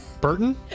Burton